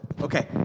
Okay